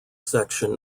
section